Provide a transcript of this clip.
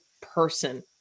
person